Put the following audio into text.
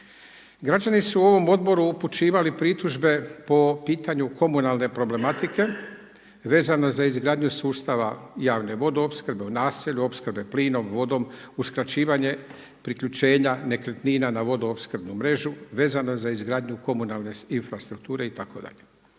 Građani su ovom odboru upućivali pritužbe po pitanju komunalne problematike vezano za izgradnju sustava javne vodoopskrbe u naselju, opskrbe plinom, vodom, uskraćivanje priključenja nekretnina na vodoopskrbnu mrežu vezano za izgradnju komunalne infrastrukture itd..